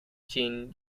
jin